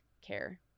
care